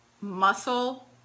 muscle